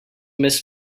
miss